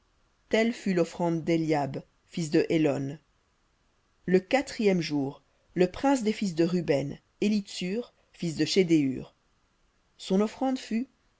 telle fut l'offrande d'éliab fils de hélon le quatrième jour le prince des fils de ruben élitsur fils de shedéur son offrande fut